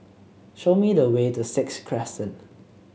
show me the way to Sixth Crescent